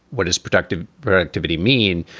what is productive activity mean?